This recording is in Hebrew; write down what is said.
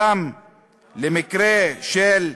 גם למקרה של,